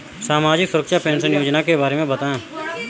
सामाजिक सुरक्षा पेंशन योजना के बारे में बताएँ?